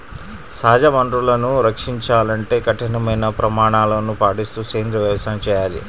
సహజ వనరులను సంరక్షించాలంటే కఠినమైన ప్రమాణాలను పాటిస్తూ సేంద్రీయ వ్యవసాయం చేయాలి